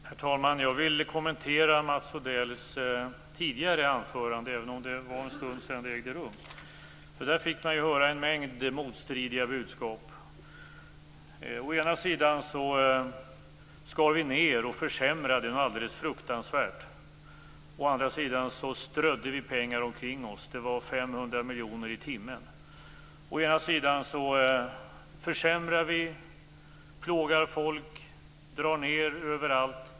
Herr talman! Jag vill kommentera Mats Odells tidigare anförande, även om det var en stund sedan det ägde rum. Där fick man höra en mängd motstridiga budskap. Å ena sidan skar vi ned och försämrade något alldeles fruktansvärt. Å andra sidan strödde vi pengar omkring oss. Det var 500 miljoner i timmen. Å ena sidan försämrar vi, plågar folk och drar ned överallt.